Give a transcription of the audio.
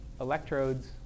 electrodes